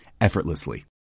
effortlessly